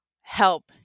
help